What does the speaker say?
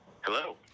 Hello